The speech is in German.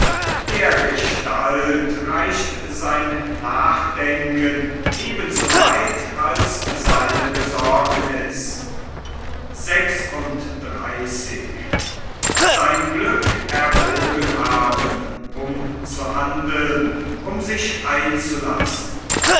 dergestalt reicht sein nachdenken eben so weit als seine besorgniß um zu handeln um sich einzulassen